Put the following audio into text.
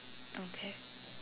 okay